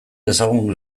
dezagun